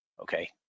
Okay